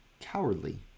cowardly